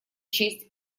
честь